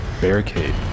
Barricade